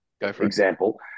example